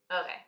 Okay